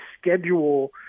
schedule